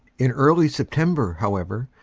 in early september, however,